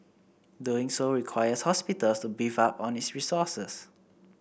doing so requires hospitals to beef up on its resources